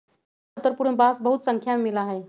भारत के उत्तर पूर्व में बांस बहुत स्नाख्या में मिला हई